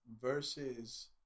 Versus